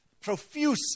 profuse